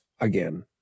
again